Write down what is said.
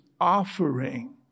offering